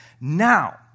Now